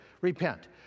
Repent